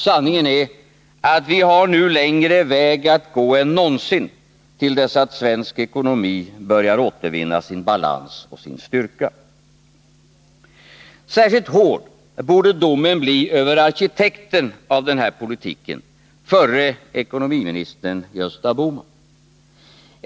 Sanningen är att vi har nu längre väg att gå än någonsin till dess att svensk ekonomi börjar återvinna sin balans och sin styrka. Särskilt hård borde domen bli över arkitekten av den här politiken, förre ekonomiministern Gösta Bohman.